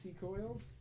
coils